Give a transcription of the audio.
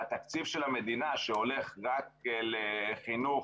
והתקציב של המדינה שהולך רק לחינוך